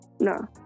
No